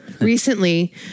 recently